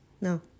no